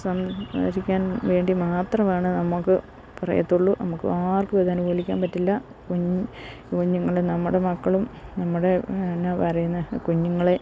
സംസാരിക്കാൻ വേണ്ടി മാത്രമാണ് നമുക്ക് പറ്റുകയുള്ളൂ നമുക്കാർക്കുമിത് അനുകൂലിക്കാൻ പറ്റില്ല കുഞ്ഞുങ്ങള് നമ്മുടെ മക്കളും നമ്മുടെ എന്താണ് പറയുന്നത് കുഞ്ഞുങ്ങളെ